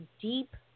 deep